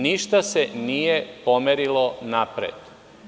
Ništa se nije pomerilo napred.